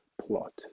plot